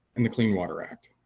and the clean water act.